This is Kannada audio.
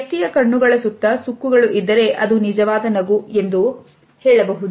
ವ್ಯಕ್ತಿಯ ಕಣ್ಣುಗಳ ಸುತ್ತ ಸುಕ್ಕುಗಳು ಇದ್ದರೆ ಅದು ನಿಜವಾದ ನಗು ಎಂದು ಹೇಳಬಹುದು